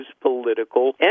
political